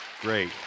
great